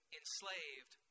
enslaved